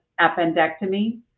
appendectomy